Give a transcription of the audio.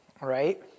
right